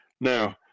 now